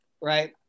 right